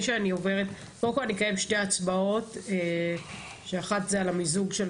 אנחנו נקיים שתי הצבעות כאשר אחת היא על המיזוג של